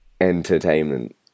entertainment